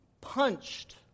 punched